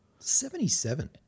Seventy-seven